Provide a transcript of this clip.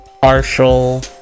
partial